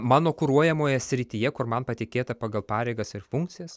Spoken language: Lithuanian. mano kuruojamoje srityje kur man patikėta pagal pareigas ir funkcijas